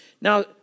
Now